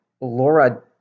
Laura